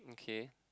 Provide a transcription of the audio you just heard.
okay